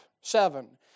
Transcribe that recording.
Seven